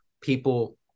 people